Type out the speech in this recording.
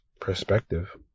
perspective